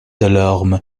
delorme